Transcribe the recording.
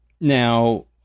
now